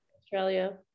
Australia